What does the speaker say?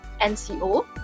NCO